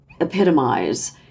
epitomize